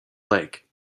lake